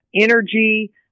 energy